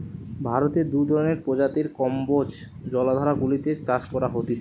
ভারতে দু ধরণের প্রজাতির কম্বোজ জলাধার গুলাতে চাষ করা হতিছে